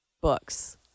Books